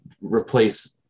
replace